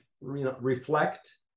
reflect